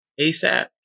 asap